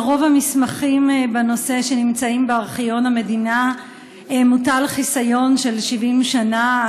על רוב המסמכים בנושא שנמצאים בארכיון המדינה מוטל חיסיון של 70 שנה,